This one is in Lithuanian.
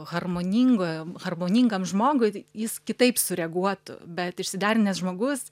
harmoningo harmoningam žmogui jis kitaip sureaguotų bet išsiderinęs žmogus